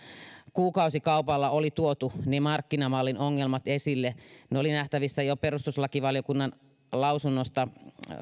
kuukausikaupalla oli tuotu ne markkinamallin ongelmat esille ne olivat nähtävissä jo perustuslakivaliokunnan lausunnosta